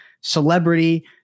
celebrity